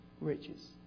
riches